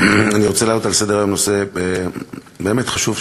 אני רוצה להעלות על סדר-היום נושא באמת חשוב,